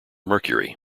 mercury